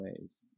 ways